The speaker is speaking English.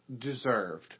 deserved